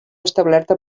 establerta